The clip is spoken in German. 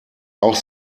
auch